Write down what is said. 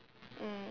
um